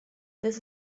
this